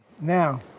Now